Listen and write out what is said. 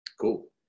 Cool